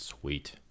Sweet